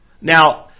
Now